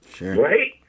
right